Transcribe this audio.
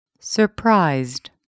Surprised